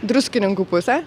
druskininkų pusę